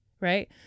right